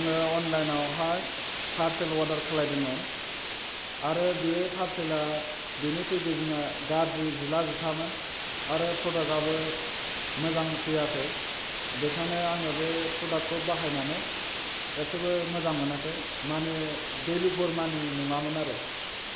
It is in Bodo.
आङो अनलाइनआवहाय फारसेल अर्दार खालामदोंमोन आरो बे पारसेलआ बेनि पेकेजिंआ गाज्रि जिला जिथामोन आरो प्रदाकआबो मोजां फैयाखै बेखायनो आङो बे प्रादाकखौ बाहायनानै एसेबो मोजां मोनाखै माने भेलु फर मानि नङामोन आरो